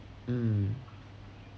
mm